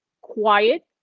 quiet